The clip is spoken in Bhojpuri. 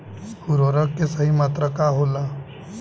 उर्वरक के सही मात्रा का होला?